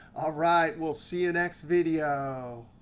ah right, we'll see you next video.